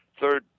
third